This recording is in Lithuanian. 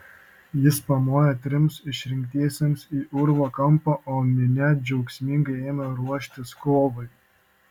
jis pamojo trims išrinktiesiems į urvo kampą o minia džiaugsmingai ėmė ruoštis kovai